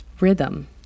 rhythm